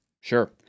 Sure